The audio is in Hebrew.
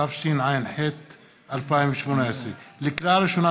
התשע"ח 2018. לקריאה ראשונה,